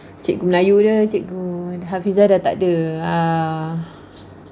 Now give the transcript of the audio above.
cikgu melayu dia cikgu hafizah dah tak ada ah